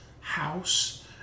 house